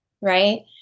right